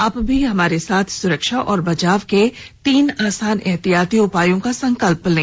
आप भी हमारे साथ सुरक्षा और बचाव के तीन आसान एहतियाती उपायों का संकल्प लें